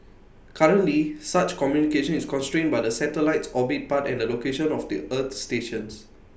currently such communication is constrained by the satellite's orbit path and the location of the earth stations